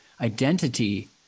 identity